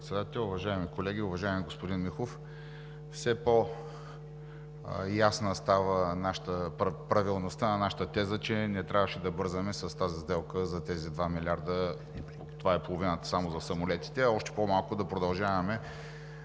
Председател, уважаеми колеги! Уважаеми господин Михов, все по-ясна става правилността на нашата теза, че не трябваше да бързаме с тази сделка за тези два милиарда – това е половината само за самолетите, а още по-малко да продължаваме